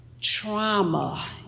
Trauma